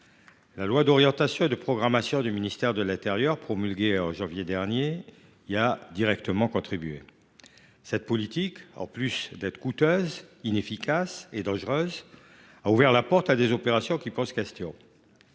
La loi d’orientation et de programmation du ministère de l’intérieur, promulguée en janvier dernier, y a directement contribué. Cette politique, en plus d’être coûteuse, inefficace et dangereuse, a ouvert la porte à des opérations qui sont source